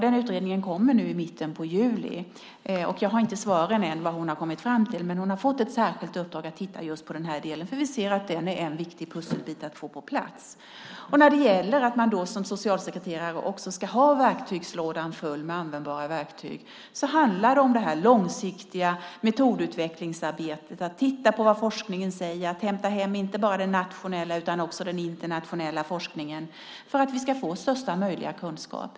Den utredningen kommer nu i mitten av juli. Jag har ännu inte svar på vad hon har kommit fram till, men hon har fått ett särskilt uppdrag att titta just på den här delen. Vi ser att den är en viktig pusselbit att få på plats. Som socialsekreterare ska man ha verktygslådan full med användbara verktyg, och då handlar det om ett långsiktigt metodutvecklingsarbete - att titta på vad forskningen säger och att ta till sig inte bara den nationella utan också den internationella forskningen för att få största möjliga kunskap.